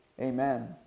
Amen